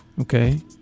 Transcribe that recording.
okay